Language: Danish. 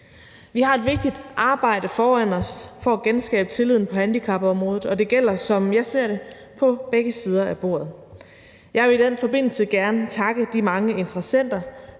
Vi har et vigtigt arbejde foran os for at genskabe tilliden på handicapområdet, og det gælder, som jeg ser det, på begge sider af bordet. Jeg vil i den forbindelse gerne takke de mange interessenter,